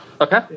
okay